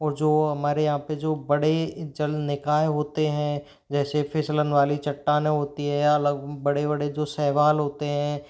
और जो हमारे यहाँ पे जो बड़े जल निकाय होते हैं जैसे फिसलन वाली चट्टाने होती है या अलग बड़े बड़े जो शैवाल होते हैं